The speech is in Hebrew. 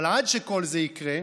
אבל עד שכל זה יקרה,